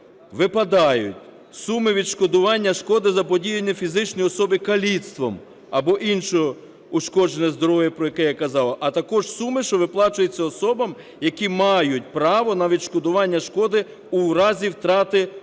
випадають суми відшкодування шкоди, заподіяної фізичній особі каліцтвом, або іншого ушкодження здоров'я, про яке я казав, а також суми, що виплачуються особам, які мають право на відшкодування шкоди у разі втрати